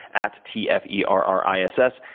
at t f e r r i s s.